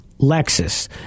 Lexus